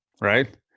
right